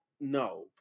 No